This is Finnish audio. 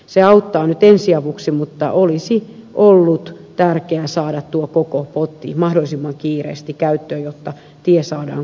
se auttaa nyt ensiavuksi mutta olisi ollut tärkeä saada tuo koko potti mahdollisimman kiireesti käyttöön jotta tie saadaan kuntoon